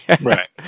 Right